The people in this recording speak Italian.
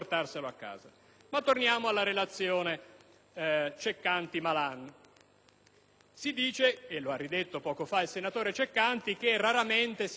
Si dice - e lo ha ripetuto poco fa il senatore Ceccanti - che raramente si era arrivati a conclusioni condivise relativamente a modifiche delle legge elettorali.